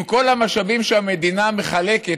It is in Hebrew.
עם כל המשאבים שהמדינה מחלקת,